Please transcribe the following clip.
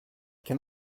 can